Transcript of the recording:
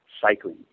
cycling